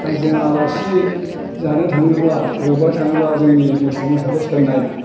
आरो जों आलासि जानो थाङोब्ला बबावबा थाङोबा जोंनि मोसौ मोसाखौ सोर नायनो